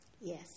Yes